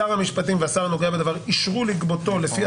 שר המשפטים והשר הנוגע בדבר אישרו לגבותו לפי